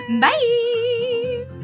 Bye